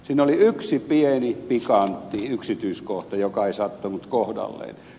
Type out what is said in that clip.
siinä oli yksi pieni pikantti yksityiskohta joka ei sattunut kohdalleen